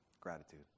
Gratitude